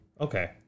Okay